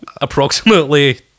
Approximately